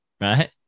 right